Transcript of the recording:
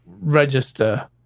register